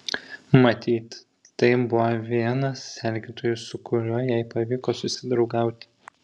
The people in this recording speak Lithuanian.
matyt tai buvo vienas sergėtojų su kuriuo jai pavyko susidraugauti